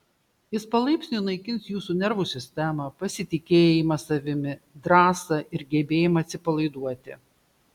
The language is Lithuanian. jis palaipsniui naikins jūsų nervų sistemą pasitikėjimą savimi drąsą ir gebėjimą atsipalaiduoti